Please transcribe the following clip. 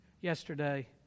yesterday